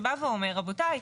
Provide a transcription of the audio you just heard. שבא ואומר רבותיי,